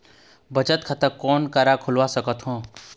बचत खाता कोन करा खुलवा सकथौं?